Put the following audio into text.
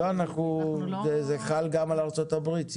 זה חל גם על ארצות הברית.